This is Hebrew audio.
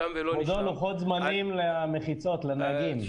לגבי לוחות זמנים למחיצות לנהגים,